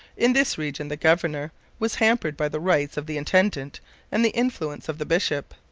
in this region the governor was hampered by the rights of the intendant and the influence of the bishop.